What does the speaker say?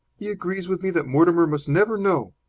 he agrees with me that mortimer must never know.